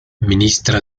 ministra